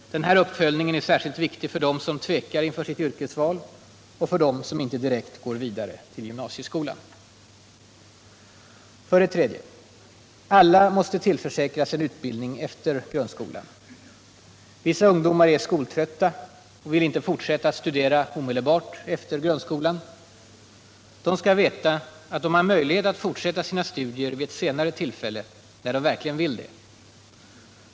Den här uppföljningen är särskilt viktig för dem som tvekar inför sitt yrkesval och för dem, som inte direkt går vidare till gymnasieskolan. 3. Alla måste tillförsäkras en utbildning efter grundskolan. Vissa ungdomar är skoltrötta och vill inte fortsätta att studera omedelbart efter grundskolan. De skall veta, att de har möjlighet att fortsätta sina studier vid ett senare tillfälle, när de verkligen vill det.